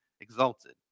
exalted